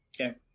Okay